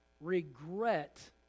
regret